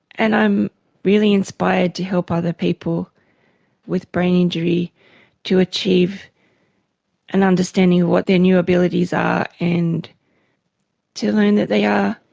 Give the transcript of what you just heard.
and i'm really inspired to help other people with brain injury to achieve an understanding of what their new abilities are and to learn that they are